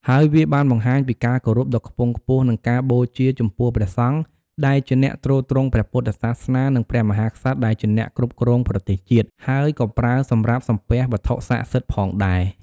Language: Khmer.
ហើយវាបានបង្ហាញពីការគោរពដ៏ខ្ពង់ខ្ពស់ និងការបូជាចំពោះព្រះសង្ឃដែលជាអ្នកទ្រទ្រង់ព្រះពុទ្ធសាសនា និងព្រះមហាក្សត្រដែលជាអ្នកគ្រប់គ្រងប្រទេសជាតិ ហើយក៏ប្រើសម្រាប់សំពះវត្ថុស័ក្តិសិទ្ធិផងដែរ។